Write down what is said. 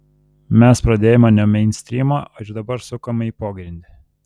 mes pradėjome nuo meinstrymo ir dabar sukame į pogrindį